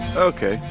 okay,